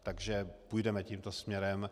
Takže půjdeme tímto směrem.